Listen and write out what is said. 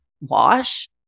wash